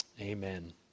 Amen